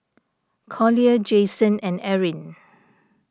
Collier Jayson and Erin